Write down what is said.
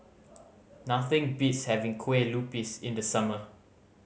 nothing beats having Kueh Lupis in the summer